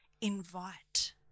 invite